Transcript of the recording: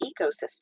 ecosystem